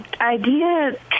idea